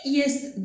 jest